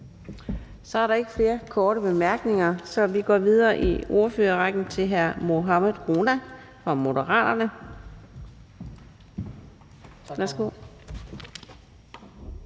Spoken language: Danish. Der er ikke flere korte bemærkninger, så vi går videre i ordførerrækken til hr. Mohammad Rona fra Moderaterne.